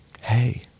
Hey